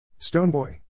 Stoneboy